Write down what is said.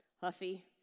huffy